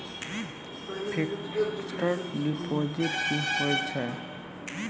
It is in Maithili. फिक्स्ड डिपोजिट की होय छै?